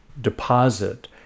deposit